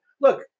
look